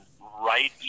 right